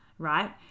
Right